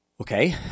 Okay